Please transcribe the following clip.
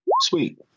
Sweet